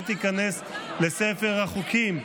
ותיכנס לספר החוקים.